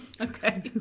Okay